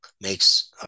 makes